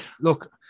Look